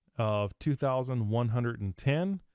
of two thousand one hundred and ten.